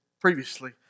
previously